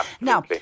Now